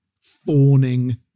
fawning